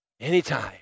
anytime